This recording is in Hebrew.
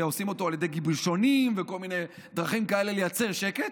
ועושים אותו על ידי גיבושונים וכל מיני דרכים כאלה לייצר שקט,